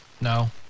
No